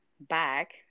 back